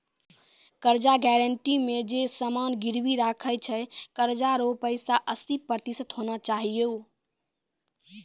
कर्जा गारंटी मे जे समान गिरबी राखै छै कर्जा रो पैसा हस्सी प्रतिशत होना चाहियो